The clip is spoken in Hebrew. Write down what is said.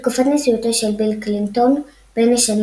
בתקופת נשיאותו של ביל קלינטון, בין השנים